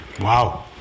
Wow